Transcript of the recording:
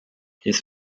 his